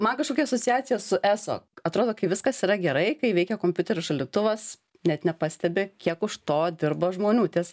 man kažkokia asociacija su eso atrodo kai viskas yra gerai kai veikia kompiuteris šaldytuvas net nepastebi kiek už to dirba žmonių tiesa